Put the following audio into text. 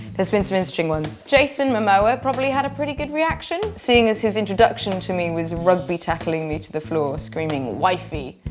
there's been some interesting ones. jason momoa probably had a pretty good reaction, seeing as his introduction to me was rugby-tackling me to the floor, screaming, wifey!